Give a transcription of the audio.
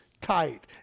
tight